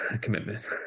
commitment